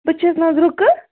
بہٕ چھَس نہَ حظ رُکہٕ